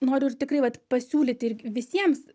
noriu ir tikrai vat pasiūlyti ir visiems